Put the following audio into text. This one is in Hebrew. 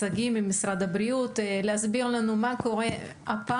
אני מבקשת מדניאל שגיא ממשרד הבריאות להסביר לנו מה קורה הפעם,